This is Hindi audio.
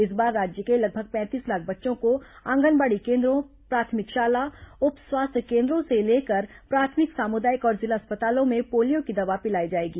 इस बार राज्य के लगभग पैंतीस लाख बच्चों को आंगनबाड़ी केन्द्रों प्राथमिक शाला उप स्वास्थ्य केन्द्रों से लेकर प्राथमिक सामुदायिक और जिला अस्पतालों में पोलियो की दवा पिलाई जाएगी